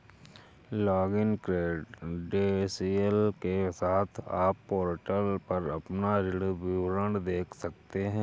login credential के साथ, आप पोर्टल पर अपना ऋण विवरण देख सकते हैं